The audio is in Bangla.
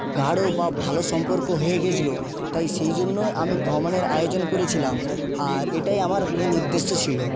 গাঢ় বা ভালো সম্পর্ক হয়ে গেছিলো তাই সেই জন্য আমি ভ্রমণের আয়োজন করেছিলাম আর এটাই আমার মূল উদ্দেশ্য ছিল